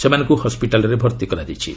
ସେମାନଙ୍କୁ ହସ୍କିଟାଲ୍ରେ ଭର୍ତ୍ତି କରାଯାଇଛି